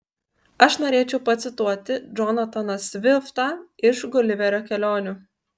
aš norėčiau pacituoti džonataną sviftą iš guliverio kelionių